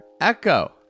Echo